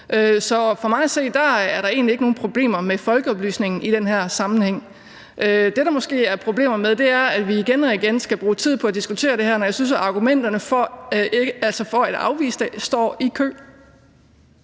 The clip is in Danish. Så for mig at se er der egentlig ikke nogen problemer med folkeoplysningen i den her sammenhæng. Det, der måske er problemer med, er, at vi igen og igen skal bruge tid på at diskutere det her, når jeg synes, at argumenterne for at afvise det står i kø.